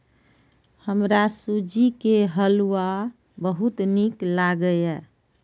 हमरा सूजी के हलुआ बहुत नीक लागैए